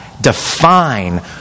define